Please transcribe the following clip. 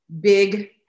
big